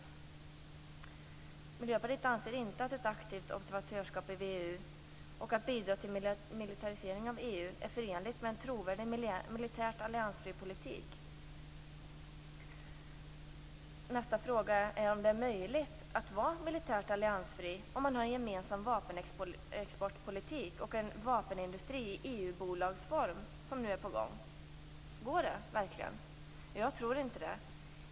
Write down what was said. Vi i Miljöpartiet anser inte att ett aktivt observatörskap i VEU och detta med att bidra till en militarisering av EU är förenligt med en trovärdig militärt alliansfri politik. Nästa fråga är om det är möjligt att vara militärt alliansfri om man har en gemensam vapenexportpolitik och en vapenindustri i EU-bolagsform, som nu är på gång. Går det verkligen? Jag tror inte det.